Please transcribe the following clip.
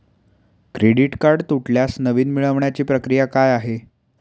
Credit card तुटल्यास नवीन मिळवण्याची प्रक्रिया काय आहे?